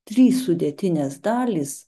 trys sudėtinės dalys